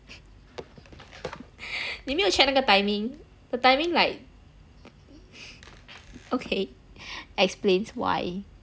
你没有 check 那个 timing the timing like okay explains why